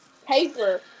paper